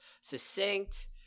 succinct